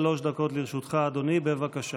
שלוש דקות לרשותך, אדוני, בבקשה.